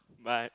but